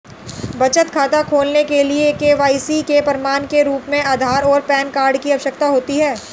बचत खाता खोलने के लिए के.वाई.सी के प्रमाण के रूप में आधार और पैन कार्ड की आवश्यकता होती है